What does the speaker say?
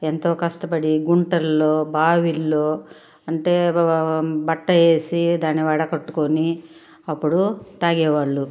ఎంతో కష్టపడి గుంటల్లో బావిల్లో అంటే బ బ బ బట్ట వేసి దాన్ని వడకట్టుకొని అప్పుడు తాగేవాళ్ళు